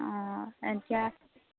অঁ এতিয়া